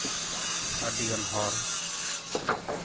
ᱟᱹᱰᱤᱜᱟᱱ ᱦᱚᱲ